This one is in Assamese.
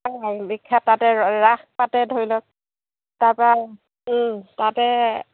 বিখ্যাত তাতে ৰাস পাতে ধৰি লওক তাৰপৰা তাতে